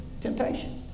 temptation